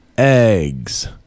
Eggs